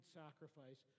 sacrifice